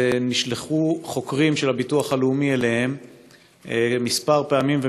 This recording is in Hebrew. נשלחו חוקרים של הביטוח הלאומי אליהם כמה פעמים,